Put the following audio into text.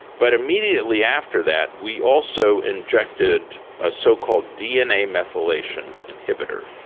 but immediately after that we also injected a so-called dna methylation inhibitor.